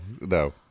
no